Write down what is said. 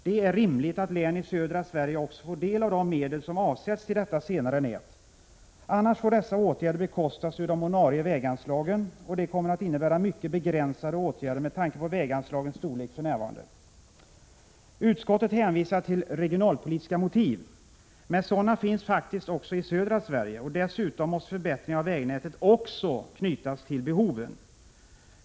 Det är rimligt att län i södra Sverige också får del av de medel som avsätts till detta senare nät, annars får dessa åtgärder bekostas ur de ordinarie väganslagen, och det kommer att innebära mycket begränsade åtgärder med tanke på väganslagens storlek för närvarande. Utskottet hänvisar till regionalpolitiska motiv. Men sådana finns faktiskt även i södra Sverige, och dessutom måste förbättringar av vägnätet också knytas till behoven.